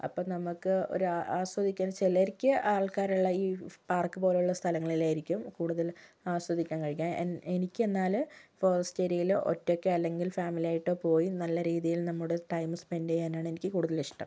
അപ്പം നമുക്ക് ഒരാസ്വദിക്കൽ ചിലർക്ക് ആൾക്കാരുള്ള ഈ പാർക്ക് പോലുള്ള സ്ഥലങ്ങളിലായിരിക്കും കൂടുതൽ ആസ്വദിക്കാൻ കഴിയുക എനിക്ക് എന്നാല് ഫോറസ്റ്റ് ഏരിയിലോ ഒറ്റയ്ക്ക് അല്ലെങ്കിൽ ഫാമിലിയായിട്ടോ പോയി നല്ല രീതിയിൽ നമ്മുടെ ടൈമ് സ്പെൻഡ് ചെയ്യാനാണ് എനിക്ക് കൂടുതലിഷ്ടം